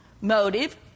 motive